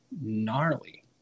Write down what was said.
gnarly